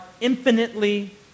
infinitely